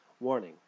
Warning